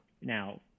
Now